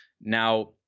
now